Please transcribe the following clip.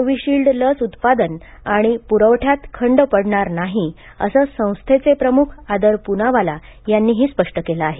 Covishield लस उत्पादन आणि पुरवठ्यात खंड पडणार नाही असे संस्थेचे प्रमुख आदर पूनावाला यांनीही स्पष्ट केले आहे